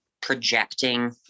projecting